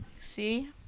See